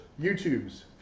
YouTubes